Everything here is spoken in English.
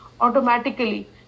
automatically